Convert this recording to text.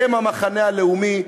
הם המחנה הלאומי,